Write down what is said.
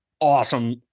awesome